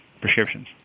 prescriptions